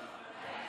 שימי לב לשעון.